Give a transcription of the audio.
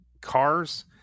cars